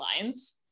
lines